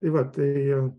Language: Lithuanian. tai va tai